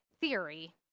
theory